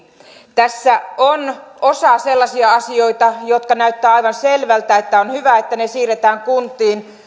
tässä osa on sellaisia asioita joissa näyttää aivan selvältä että on hyvä että ne siirretään kuntiin